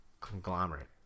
Conglomerate